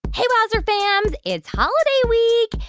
hey, wowzer fams. it's holiday week,